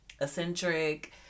eccentric